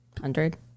hundred